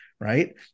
right